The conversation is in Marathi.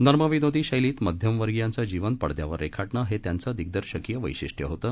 नर्मविनोदी शैलीत मध्यम वर्गीयांचं जीवन पडद्यावर रखीटणं हक्रिांचं दिग्दर्शकीय वैशिष्ट्य होतं